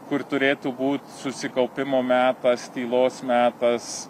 kur turėtų būt susikaupimo metas tylos metas